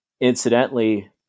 Incidentally